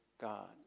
God